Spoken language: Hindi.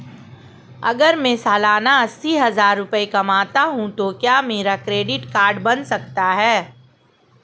अगर मैं सालाना अस्सी हज़ार रुपये कमाता हूं तो क्या मेरा क्रेडिट कार्ड बन सकता है?